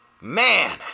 Man